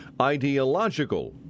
ideological